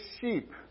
sheep